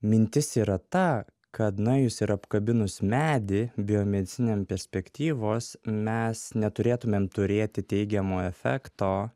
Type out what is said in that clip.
mintis yra ta kad nuėjus ir apkabinus medį biomedicininiam perspektyvos mes neturėtumėm turėti teigiamo efekto